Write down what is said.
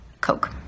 Coke